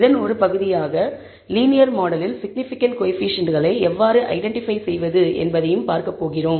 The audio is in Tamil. இதன் ஒரு பகுதியாக லீனியர் மாடலில் சிக்னிபிகன்ட் கோஎஃபீஷியேன்ட்ளை எவ்வாறு ஐடென்டிபை செய்வது என்பதையும் பார்க்கப்போகிறோம்